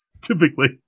typically